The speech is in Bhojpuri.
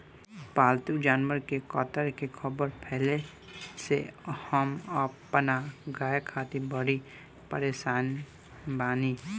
पाल्तु जानवर के कत्ल के ख़बर फैले से हम अपना गाय खातिर बड़ी परेशान बानी